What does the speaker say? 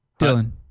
dylan